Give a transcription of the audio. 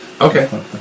Okay